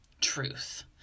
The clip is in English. truth